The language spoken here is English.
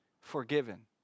forgiven